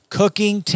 cooking